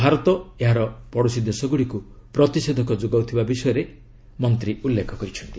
ଭାରତ ଏହା ପଡ଼ୋଶୀ ଦେଶଗୁଡ଼ିକୁ ପ୍ରତିଷେଧକ ଯୋଗାଉଥିବା ବିଷୟରେ ମନ୍ତ୍ରୀ ଉଲ୍ଲେଖ କରିଛନ୍ତି